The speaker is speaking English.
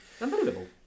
Unbelievable